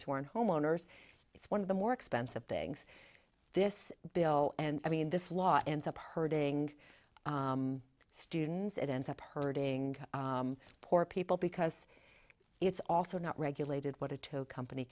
aren't homeowners it's one of the more expensive things this bill and i mean this law ends up hurting students it ends up hurting poor people because it's also not regulated what a tow company